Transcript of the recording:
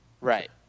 Right